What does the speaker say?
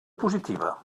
positiva